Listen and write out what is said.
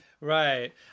Right